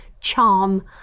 charm